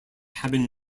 cabin